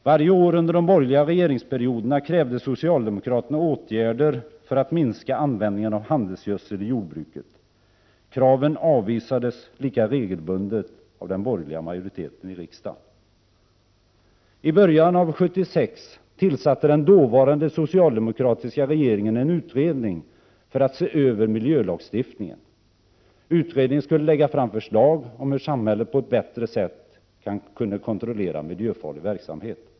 Varje år under de borgerliga regeringsperioderna krävde socialdemokraterna åtgärder för att minska användningen av handelsgödsel i jordbruket. Kraven avvisades lika regelbundet av den borgerliga majoriteten i riksdagen. I början av 1976 tillsatte den dåvarande socialdemokratiska regeringen en utredning för att se över miljölagstiftningen. Utredningen skulle lägga fram förslag om hur samhället på ett bättre sätt skulle kunna kontrollera miljöfarlig verksamhet.